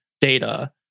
data